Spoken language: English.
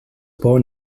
born